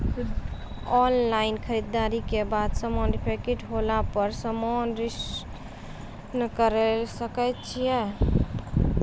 Online खरीददारी के बाद समान डिफेक्टिव होला पर समान रिटर्न्स करे सकय छियै?